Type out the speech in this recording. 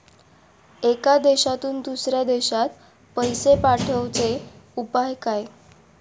एका देशातून दुसऱ्या देशात पैसे पाठवचे उपाय काय?